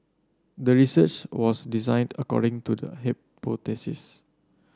the research was designed according to the hypothesis